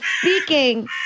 Speaking